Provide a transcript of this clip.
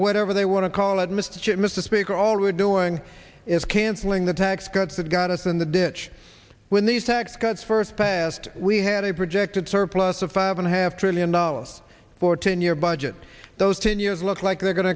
whatever they want to call it mr chip mr speaker already doing is canceling the tax cuts that got us in the ditch when these tax cuts first passed we had a projected surplus of five and a half trillion dollars for ten year budget those ten years look like they're going